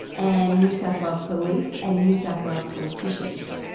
and new south wales police and new south wales politicians?